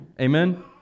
Amen